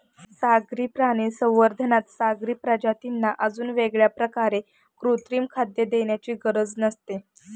सागरी प्राणी संवर्धनात सागरी प्रजातींना अजून वेगळ्या प्रकारे कृत्रिम खाद्य देण्याची गरज नसते